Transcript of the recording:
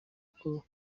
kuko